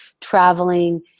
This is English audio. traveling